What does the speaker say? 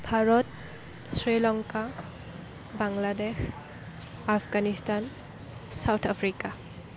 Bharat Sri Lanka Bangladesh Afghanistan South Africa